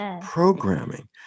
Programming